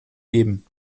leben